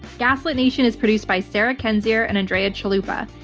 gaslit nation is produced by sarah kendzior and andrea chalupa.